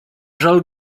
żal